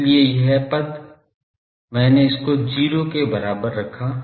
इसलिए यह पद मैंने इसको 0 के बराबर रखा